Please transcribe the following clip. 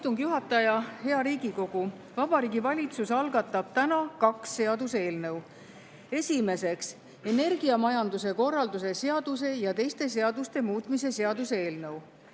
istungi juhataja! Hea Riigikogu! Vabariigi Valitsus algatab täna kaks seaduseelnõu. Esiteks, energiamajanduse korralduse seaduse ja teiste seaduste muutmise seaduse eelnõu,